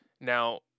Now